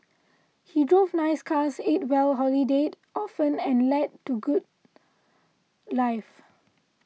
he drove nice cars ate well holidayed often and led to good life